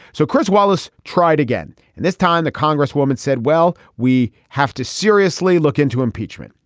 so chris wallace tried again and this time the congresswoman said well we have to seriously look into impeachment.